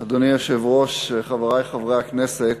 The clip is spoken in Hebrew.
אדוני היושב-ראש, חברי חברי הכנסת,